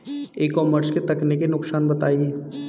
ई commerce के तकनीकी नुकसान बताएं?